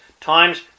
times